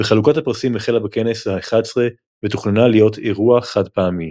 וחלוקת הפרסים החלה בכנס ה-11 ותוכננה להיות אירוע חד-פעמי.